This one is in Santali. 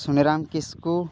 ᱥᱩᱱᱮᱨᱟᱢ ᱠᱤᱥᱠᱩ